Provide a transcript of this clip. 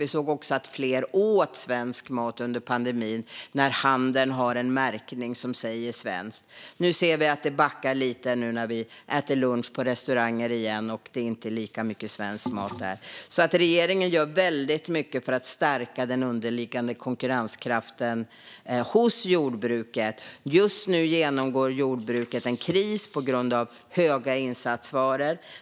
Vi såg också att fler åt svensk mat under pandemin; handeln har en märkning som säger att maten är svensk. Nu ser vi att det backar lite när vi äter lunch på restauranger igen. Det är inte lika mycket svensk mat där. Regeringen gör alltså väldigt mycket för att stärka den underliggande konkurrenskraften hos jordbruket. Just nu genomgår jordbruket en kris på grund av höga priser på insatsvaror.